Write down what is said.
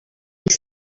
was